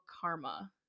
Karma